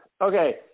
Okay